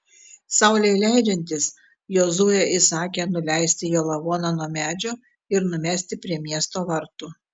saulei leidžiantis jozuė įsakė nuleisti jo lavoną nuo medžio ir numesti prie miesto vartų